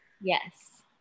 Yes